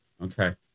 Okay